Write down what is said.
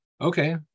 okay